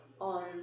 on